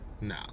no